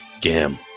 Gam